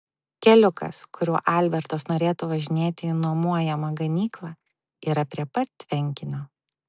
keliukas kuriuo albertas norėtų važinėti į nuomojamą ganyklą yra prie pat tvenkinio